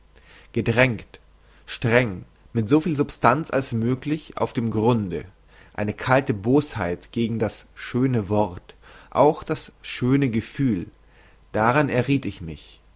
gedrängt streng mit so viel substanz als möglich auf dem grunde eine kalte bosheit gegen das schöne wort auch das schöne gefühl daran errieth ich mich